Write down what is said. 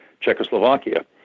Czechoslovakia